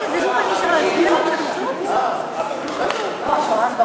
בחוק שהיה בוועדת הקליטה נאלצתי לבקש הסתייגות דיבור.